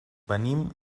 venim